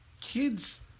kids